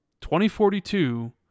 2042